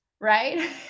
right